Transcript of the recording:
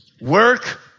Work